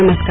नमस्कार